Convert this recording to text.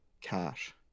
cash